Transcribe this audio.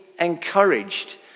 encouraged